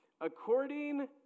according